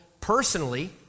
personally